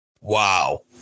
wow